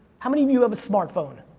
how many of you have a smartphone?